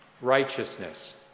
righteousness